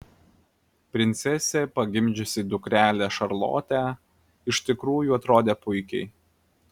princesė pagimdžiusi dukrelę šarlotę iš tikrųjų atrodė puikiai